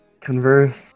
converse